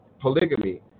polygamy